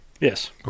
Yes